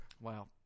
Wow